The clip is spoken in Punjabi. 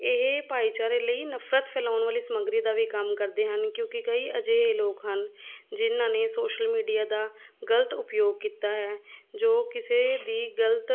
ਇਹ ਭਾਈਚਾਰੇ ਲਈ ਨਫ਼ਰਤ ਫੈਲਾਉਣ ਵਾਲੀ ਸਮੱਗਰੀ ਦਾ ਵੀ ਕੰਮ ਕਰਦੇ ਹਨ ਕਿਉਂਕਿ ਕਈ ਅਜਿਹੇ ਲੋਕ ਹਨ ਜਿਨ੍ਹਾਂ ਨੇ ਸੋਸ਼ਲ ਮੀਡੀਆ ਦਾ ਗਲਤ ਉਪਯੋਗ ਕੀਤਾ ਹੈ ਜੋ ਕਿਸੇ ਦੀ ਗਲਤ